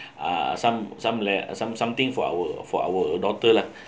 uh some some le~ some something for our for our daughter lah